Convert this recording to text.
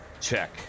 check